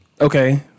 Okay